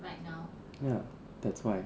ya that's why